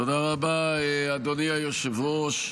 תודה רבה, אדוני היושב-ראש.